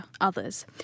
others